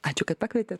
ačiū kad pakvietėt